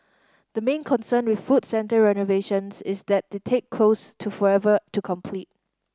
the main concern with food centre renovations is that they take close to forever to complete